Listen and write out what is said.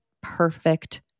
perfect